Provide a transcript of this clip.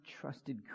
trusted